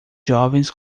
jovens